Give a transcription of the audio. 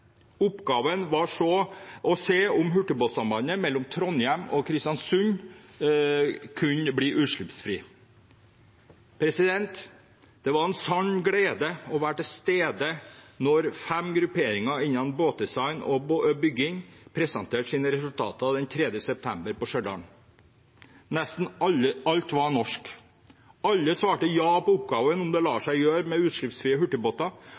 Oppgaven var deretter å se om hurtigbåtsambandet mellom Trondheim og Kristiansund kunne bli utslippsfritt. Det var en sann glede å være til stede da fem grupperinger innen båtdesign og båtbygging presenterte sine resultater den 3. september på Stjørdal. Nesten alt var norsk. Alle svarte ja på oppgaven om det lar seg gjøre med utslippsfrie hurtigbåter,